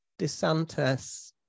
DeSantis